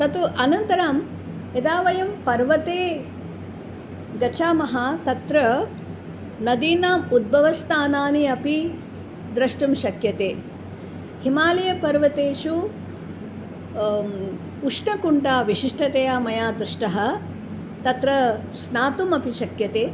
तत्तु अनन्तरं यदा वयं पर्वते गच्छामः तत्र नदीनाम् उद्भवस्थानानि अपि द्रष्टुं शक्यते हिमालय पर्वतेषु उष्णकुण्डा विशिष्टतया मया दृष्टः तत्र स्नातुम् अपि शक्यते